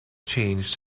changed